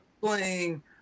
playing